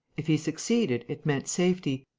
if he succeeded, it meant safety,